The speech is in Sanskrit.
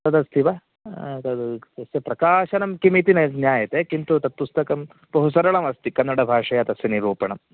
तदस्ति वा तद् तस्य प्रकाशनं किमिति न ज्ञायते किन्तु तत् पुस्तकं बहु सरलम् अस्ति कन्नडभाषया तस्य निरूपणं